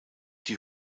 die